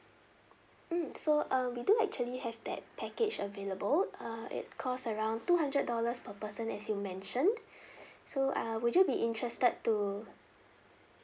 mm so um we do actually have that package available uh it cost around two hundred dollars per person as you mentioned so ah would you be interested to